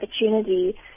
opportunity